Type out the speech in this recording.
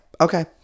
Okay